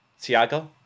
Thiago